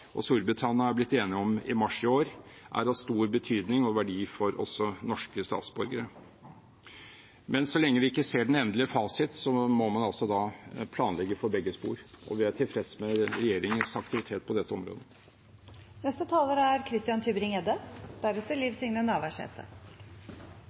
og Storbritannia ble enige om i mars i år – er av stor betydning og verdi også for norske statsborgere. Men så lenge vi ikke ser den endelige fasit, må man planlegge for begge spor. Vi er tilfreds med regjeringens aktivitet på dette